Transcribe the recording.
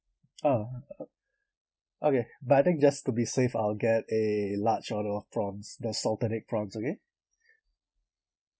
uh okay but I think just to be safe I'll get a large order of prawns the salted egg prawns okay